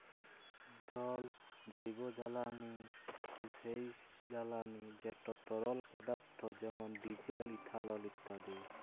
জল জৈবজ্বালানি হছে সেই জ্বালানি যেট তরল পদাথ্থ যেমল ডিজেল, ইথালল ইত্যাদি